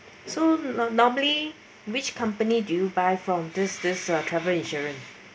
so normally which company do you buy from this this uh travel insurance